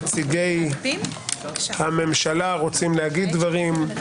נציגי הממשלה רוצים להגיד דברים,